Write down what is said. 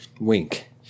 Wink